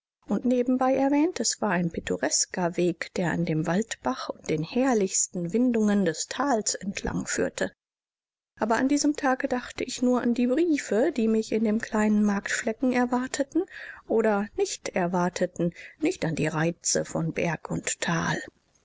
und nebenbei erwähnt es war ein pittoresker weg der an dem waldbach und den herrlichsten windungen des thals entlang führte aber an diesem tage dachte ich nur an die briefe die mich in dem kleinen marktflecken erwarteten oder nicht erwarteten nicht an die reize von berg und thal